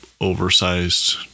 oversized